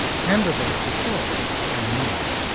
canberra based historian, ann moyal.